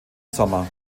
sommer